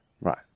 Right